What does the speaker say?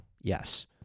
Yes